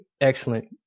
excellent